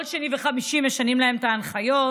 כל שני וחמישי משנים להם את ההנחיות,